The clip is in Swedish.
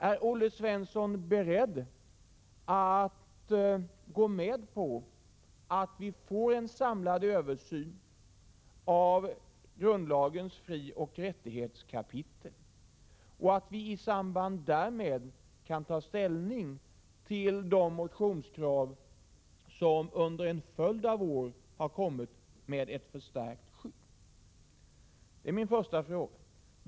Är Olle Svensson beredd att gå med på att vi får en samlad översyn av grundlagens frioch rättighetskapitel och att vi i samband därmed kan ta ställning till de motionskrav som under en följd av år framförts om ett förstärkt skydd?